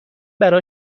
برا